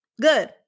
Good